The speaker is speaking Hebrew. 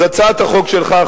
אז הצעת החוק שלך,